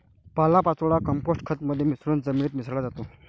पालापाचोळा कंपोस्ट मध्ये मिसळून जमिनीत मिसळला जातो